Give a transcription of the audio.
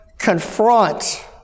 confront